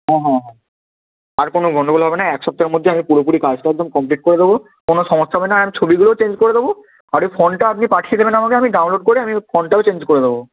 হ্যাঁ হ্যাঁ হ্যাঁ আর কোনো গণ্ডগোল হবে না এক সপ্তাহের মধ্যে আমি পুরোপুরি কাজটা একদম কমপ্লিট করে দেবো কোনো সমস্যা হবে না আর ছবিগুলোও চেঞ্জ করে দেবো আর ওই ফন্টটা আপনি পাঠিয়ে দেবেন আমাকে আমি ডাউনলোড করে আমি ওই ফন্টটাও চেঞ্জ করে দেবো